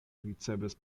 ricevas